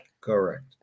Correct